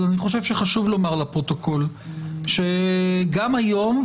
אבל אני חושב שחשוב לומר לפרוטוקול שגם היום,